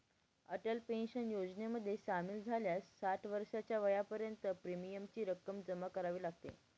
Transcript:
Atal pension योजनेमध्ये सामील झाल्यास साठ वर्षाच्या वयापर्यंत प्रीमियमची रक्कम जमा करावी लागते